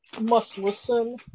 must-listen